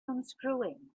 unscrewing